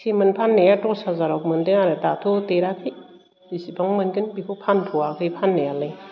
सिमोन फान्नाया दस हाजाराव मोनदों आरो दाथ' देराखै बिसिबां मोनगोन बिखौ फानथ'वाखै फान्नायालाय